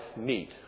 meet